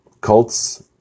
Cults